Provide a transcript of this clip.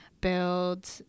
build